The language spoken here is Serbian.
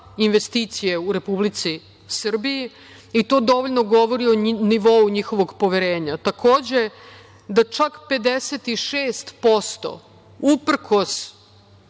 investicije u Republici Srbiji i to dovoljno govori o nivou njihovog poverenja, takođe da čak 56% uprkos